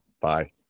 Bye